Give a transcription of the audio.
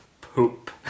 Poop